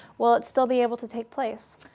will it still be able to take place?